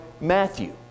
Matthew